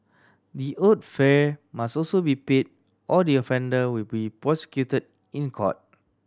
the owed fare must also be paid or the offender will be prosecuted in court